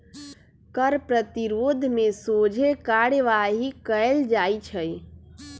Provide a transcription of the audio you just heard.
कर प्रतिरोध में सोझे कार्यवाही कएल जाइ छइ